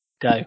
Go